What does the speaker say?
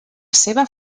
seva